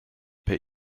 per